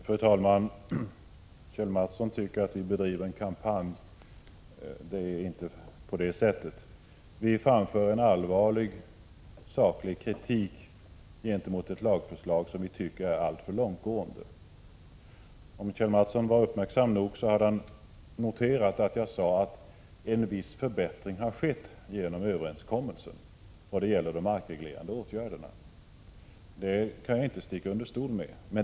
Fru talman! Kjell Mattsson tycker att moderaterna bedriver en kampanj, men det är inte så. Vi framför en allvarlig, saklig kritik gentemot ett lagförslag som är alltför långtgående. Om Kjell Mattsson hade varit uppmärksam nog hade han noterat att jag sade att en viss förbättring har skett genom överenskommelsen, och det gäller de markreglerande åtgärderna — jag kan inte sticka under stol med det.